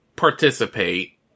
participate